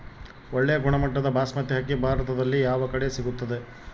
ಒಳ್ಳೆ ಗುಣಮಟ್ಟದ ಬಾಸ್ಮತಿ ಅಕ್ಕಿ ಭಾರತದಲ್ಲಿ ಯಾವ ಕಡೆ ಸಿಗುತ್ತದೆ?